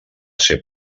ser